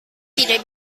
tidak